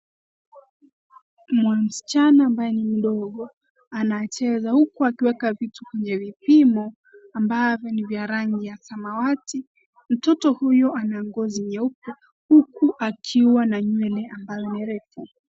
Msichana ambaye ni mdogo anacheza huku akiweka vitu kwenye vipimo ambavyo ni vya rangi ya samawati. Mtoto huyo ana ngozi nyeupe, huku akiwa na nywele ambayo ni refu.